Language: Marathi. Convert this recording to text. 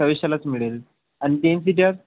सव्वीसशेलाच मिळेल आणि टेन सीटर